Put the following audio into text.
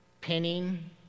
pinning